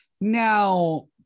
Now